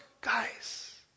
guys